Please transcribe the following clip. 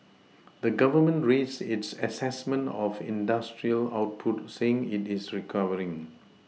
the Government raised its assessment of industrial output saying it is recovering